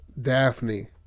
Daphne